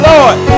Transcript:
Lord